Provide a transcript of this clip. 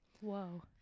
Whoa